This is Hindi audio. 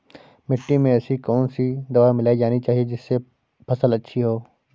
मिट्टी में ऐसी कौन सी दवा मिलाई जानी चाहिए जिससे फसल अच्छी हो?